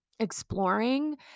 Exploring